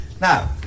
Now